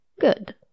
Good